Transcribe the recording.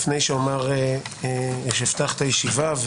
לפני שאפתח את הישיבה,